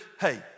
Hey